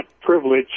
privilege